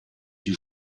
die